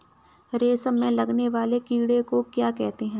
रेशम में लगने वाले कीड़े को क्या कहते हैं?